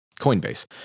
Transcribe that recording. Coinbase